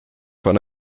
von